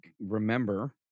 remember